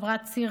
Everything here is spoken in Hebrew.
חברת ציר,